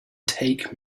take